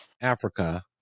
africa